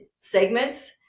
segments